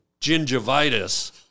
Gingivitis –